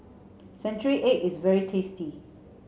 century egg is very tasty